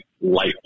light